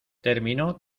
terminó